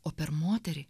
o per moterį